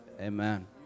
amen